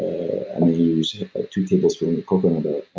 use two tablespoons of coconut oil.